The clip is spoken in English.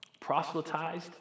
proselytized